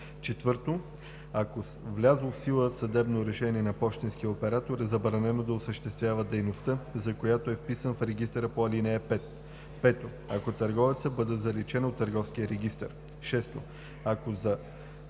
4. ако с влязло в сила съдебно решение на пощенския оператор е забранено да осъществява дейността, за която е вписан в регистъра по ал. 5; 5. ако търговецът бъде заличен от търговския регистър; 6. ако за